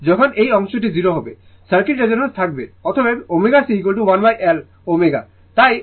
যখন এই অংশটি 0 হবে সার্কিট রেজোন্যান্সে থাকবে